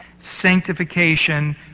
sanctification